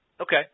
Okay